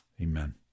amen